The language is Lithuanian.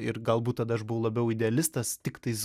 ir galbūt tada aš buvau labiau idealistas tiktais